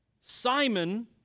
Simon